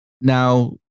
Now